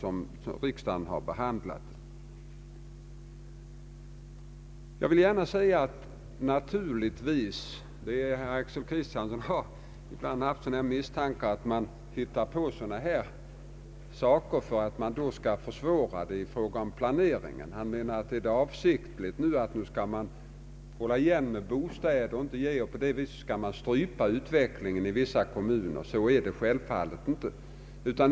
Herr Axel Kristiansson tycks hysa misstanken att vi hittar på sådana här saker för att försvåra planeringen, att vi avsiktligt skulle hålla igen beträffande bostäder för att på det sättet styra utvecklingen i vissa kommuner. Så är det självfallet inte.